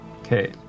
Okay